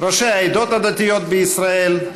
ראשי העדות הדתיות בישראל,